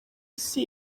isi